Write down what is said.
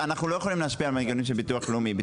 אבל הוא קיבל בשנה לאחר מכן מהביטוח הלאומי; אנחנו